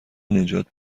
نجات